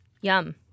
Yum